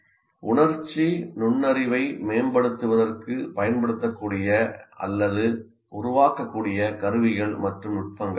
உணர்ச்சி நுண்ணறிவை மேம்படுத்துவதற்கு பயன்படுத்தக்கூடிய அல்லது உருவாக்கக்கூடிய கருவிகள் மற்றும் நுட்பங்கள் யாவை